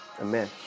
amen